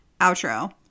Outro